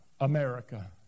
America